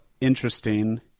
interesting